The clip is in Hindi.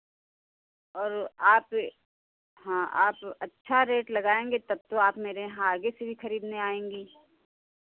और आप हाँ आप अच्छा रेट लगाएँगे तब तो आप मेरे यहाँ आगे से भी खरीदने आएँगी